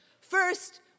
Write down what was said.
First